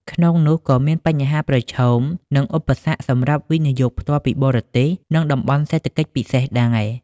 ក្នុងនោះក៏មានបញ្ហាប្រឈម និងឧបសគ្គសម្រាប់ វិនិយោគផ្ទាល់ពីបរទេស និង តំបន់សេដ្ឋកិច្ចពិសេសដែរ។